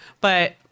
But-